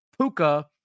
Puka